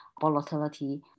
volatility